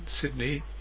Sydney